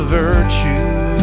virtue